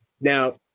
Now